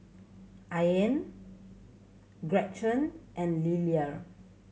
Ian Gretchen and Liller